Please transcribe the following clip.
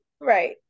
Right